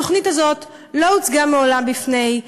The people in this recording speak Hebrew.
התוכנית הזאת לא הוצגה מעולם בפני,